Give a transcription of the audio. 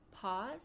pause